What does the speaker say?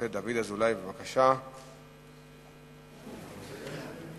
אז בבקשה, המזכיר יתקן בלי להוסיף,